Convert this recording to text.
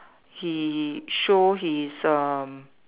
he show his um